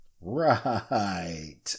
Right